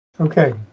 Okay